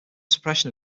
suppression